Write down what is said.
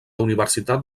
universitat